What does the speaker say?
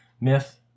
myth